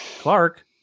Clark